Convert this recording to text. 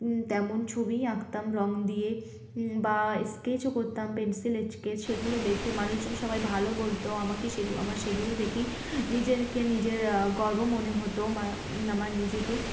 তেমন ছবি আঁকতাম রঙ দিয়ে বা স্কেচও করতাম পেনসিল একে সেগুলো দেখে মানুষজন সবাই ভালো বলতো আমাকে সেগ আমার সেগুলো দেখেই নিজেকে নিজের গর্ব মনে হতো আমার নিজেকে